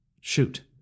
Shoot